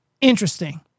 Interesting